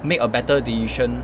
make a better decision